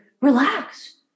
Relax